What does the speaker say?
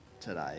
today